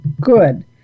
good